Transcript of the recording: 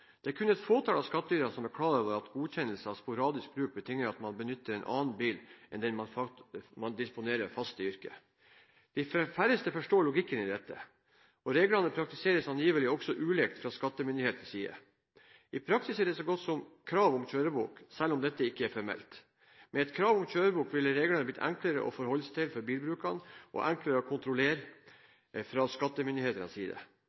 Det er kun et fåtall av skattyterne som er klar over at godkjennelse av sporadisk bruk betinger at man benytter en annen bil enn den man disponerer fast i yrket. De færreste forstår logikken i dette, og reglene praktiseres angivelig også ulikt fra skattemyndighetenes side. I praksis er det så godt som krav om kjørebok, selv om dette ikke er formelt. Med et krav om kjørebok ville reglene bli enklere å forholde seg til for bilbrukerne og enklere å kontrollere fra skattemyndighetenes side.